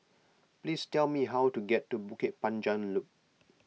please tell me how to get to Bukit Panjang Loop